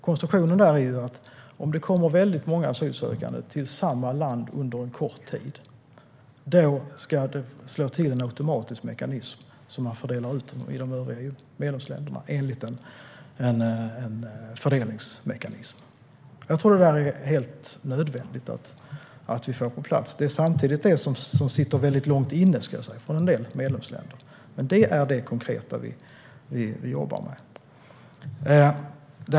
Konstruktionen är att om det kommer väldigt många asylsökande till samma land under kort tid ska man fördela ut dem i de övriga medlemsländerna enligt en fördelningsmekanism som slår till. Jag tror att det är helt nödvändigt att vi får detta på plats. Det är samtidigt det som sitter väldigt långt inne för en del medlemsländer. Men det är det som vi konkret jobbar med.